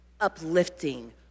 uplifting